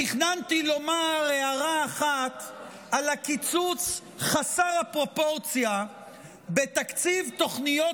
תכננתי לומר הערה אחת על הקיצוץ חסר הפרופורציה בתקציב תוכניות